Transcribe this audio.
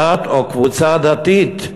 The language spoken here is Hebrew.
דת או קבוצה דתית,